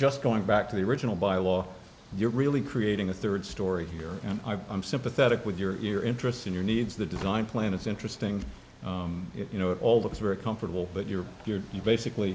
just going back to the original by law you're really creating a third story here and i'm sympathetic with your interest in your needs the design plan it's interesting you know all that is very comfortable but you're you're you're basically